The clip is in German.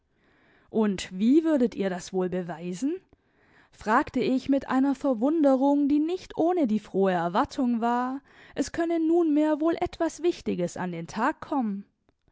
und wie würdet ihr das wohl beweisen fragte ich mit einer verwunderung die nicht ohne die frohe erwartung war es könne nunmehr wohl etwas wichtiges an den tag kommen